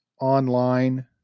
online